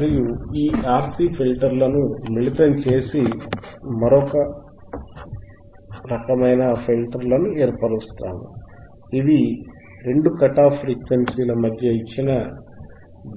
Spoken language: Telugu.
మనము ఈ RC ఫిల్టర్లను లోపాస్ మరియు హైపాస్ మిళితం చేసి మరొక రకమైన ఫిల్టర్లను ఏర్పరుస్తాము ఇవి రెండు కట్ ఆఫ్ ఫ్రీక్వెన్సీల మధ్య ఇచ్చిన